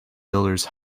builders